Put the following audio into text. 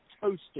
toasted